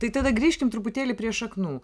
tai tada grįžkim truputėlį prie šaknų